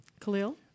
Khalil